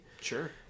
Sure